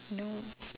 no